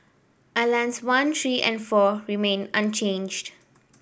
islands one three and four remained unchanged